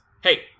Hey